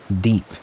deep